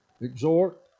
Exhort